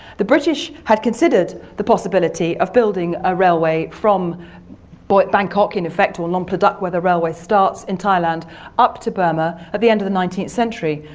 the british had considered the possibility of building a railway from but bangkok, in effect, or nong pladuk where the railway starts in thailand up to burma, at the end of the nineteenth century,